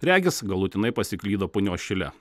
regis galutinai pasiklydo punios šile